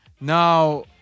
Now